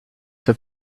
have